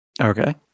Okay